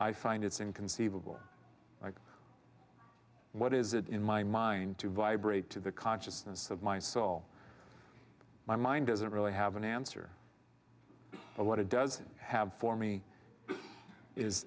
i find it's inconceivable what is it in my mind to vibrate to the consciousness of my soul my mind doesn't really have an answer for what it does have for me is